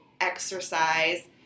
exercise